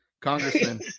Congressman